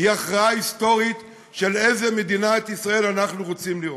היא הכרעה היסטורית של איזו מדינת ישראל אנחנו רוצים לראות.